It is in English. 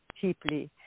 deeply